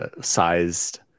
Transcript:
sized